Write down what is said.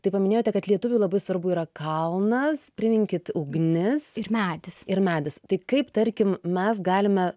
tai paminėjote kad lietuviui labai svarbu yra kalnas prininkit ugnis ir medis ir medis tai kaip tarkim mes galime